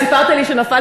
מה בדיוק רציתם שנעשה?